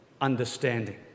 understanding